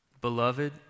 Beloved